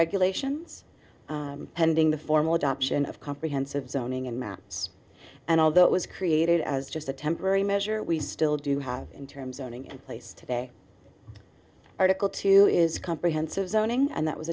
regulations pending the formal adoption of comprehensive zoning and mounts and although it was created as just a temporary measure we still do have in terms owning and place today article two is comprehensive zoning and that was